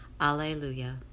Alleluia